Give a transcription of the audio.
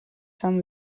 some